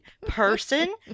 person